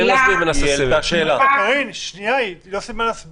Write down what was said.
אני רוצה להסביר